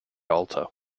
altar